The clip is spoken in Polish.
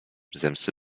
zemsty